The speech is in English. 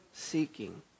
seeking